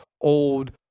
old